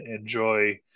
enjoy